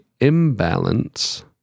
imbalance